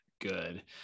good